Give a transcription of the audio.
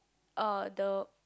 uh the